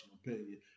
opinion